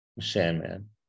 Sandman